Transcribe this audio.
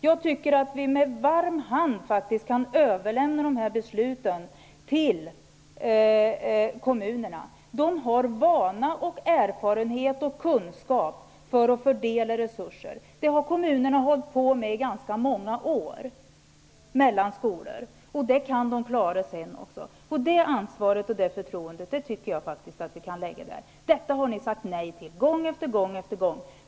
Jag tycker att vi med varm hand kan överlämna de här besluten till kommunerna. De har vana, erfarenhet och kunskap när det gäller att fördela resurser mellan skolor. Det har kommunerna hållit på med i ganska många år, och det kan de klara senare också. Jag tycker att vi kan lägga det ansvaret och det förtroendet på dem. Ni har sagt nej till detta gång efter gång.